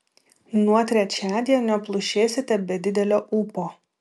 nuo trečiadienio plušėsite be didelio ūpo